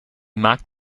mocked